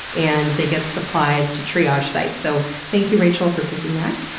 and they get supplies to triage sites. so thank you, rachel, for picking that.